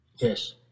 Yes